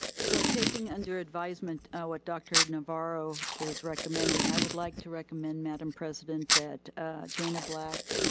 so taking under advisement what dr. navarro is recommending, i would like to recommend madame president that dana black,